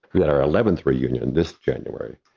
we had our eleventh reunion this january,